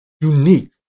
unique